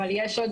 אבל יש עוד